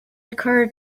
occured